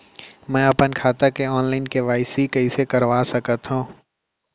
मैं अपन खाता के ऑनलाइन के.वाई.सी कइसे करा सकत हव?